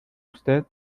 usted